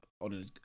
on